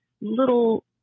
little